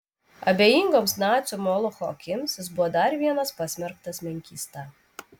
abejingoms nacių molocho akims jis buvo dar vienas pasmerktas menkysta